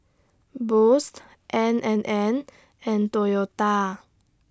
Boost N and N and Toyota